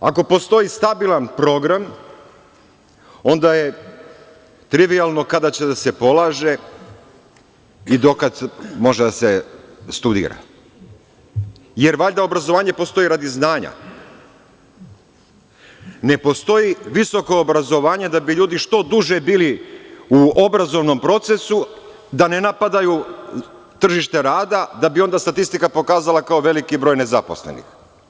Ako postoji stabilan program onda je trivijalno kada će da se polaže i do kada može da se studira, jer valjda obrazovanje postoji radi znanja, ne postoji visoko obrazovanje da bi ljudi što duže bili u obrazovnom procesu, da ne napadaju tržište rada, da bi onda statistika pokazala kao veliki broj nezaposlenih.